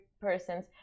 persons